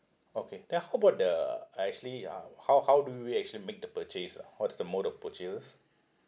okay then how about the uh actually uh how how do we we actually make the purchase ah what's the mode of purchases